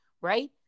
right